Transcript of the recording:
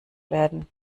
werden